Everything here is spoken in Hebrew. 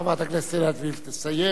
חברת הכנסת עינת וילף תסיים.